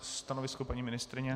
Stanovisko paní ministryně?